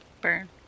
Burn